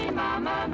mama